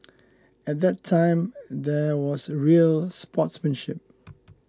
at that time there was real sportsmanship